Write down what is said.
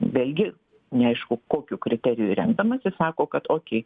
vėlgi neaišku kokiu kriteriju remdamasis sako kad okėj